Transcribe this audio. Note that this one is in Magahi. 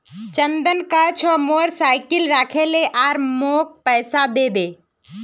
चंदन कह छ मोर साइकिल राखे ले आर मौक पैसा दे दे